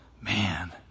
man